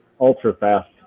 ultra-fast